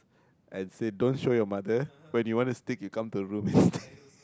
and said don't show your mother when you want to stick you come to the room